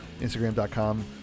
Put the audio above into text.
Instagram.com